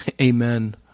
Amen